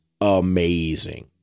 Amazing